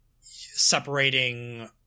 separating